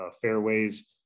fairways